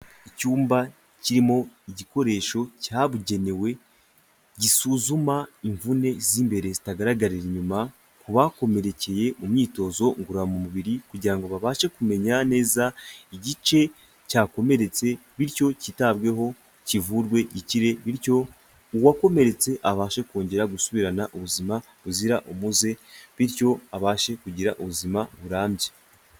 Icyumba kirimo igikoresho cyabugenewe, gisuzuma imvune z'imbere zitagaragarira inyuma, ku bakomerekeye mu myitozo ngororamubiri, kugira ngo babashe kumenya neza igice cyakomeretse, bityo cyitabweho, kivurwe gikire, bityo uwakomeretse abashe kongera gusubirana ubuzima buzira umuze, bityo abashe kugira ubuzima burambye.